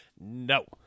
No